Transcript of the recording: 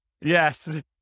yes